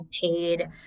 paid